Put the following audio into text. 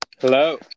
Hello